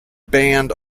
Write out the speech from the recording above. band